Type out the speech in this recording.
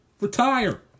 Retire